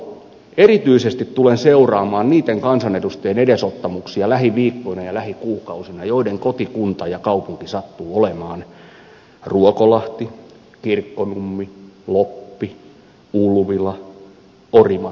erityisesti tulen seuraamaan lähiviikkoina ja lähikuukausina niitten kansanedustajien edesottamuksia joiden kotikunta kaupunki sattuu olemaan ruokolahti kirkkonummi loppi ulvila orimattila ja siilinjärvi